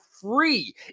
free